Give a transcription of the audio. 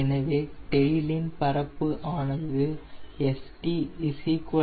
எனவே டெயிலின் பரப்பு ஆனது St 0